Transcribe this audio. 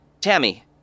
Tammy